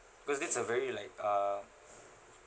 because this a very like uh